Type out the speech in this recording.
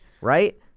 right